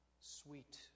sweet